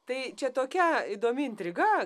tai čia tokia įdomi intriga